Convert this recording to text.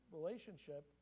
Relationship